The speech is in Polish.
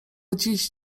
dziś